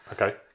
Okay